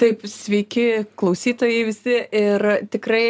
taip sveiki klausytojai visi ir tikrai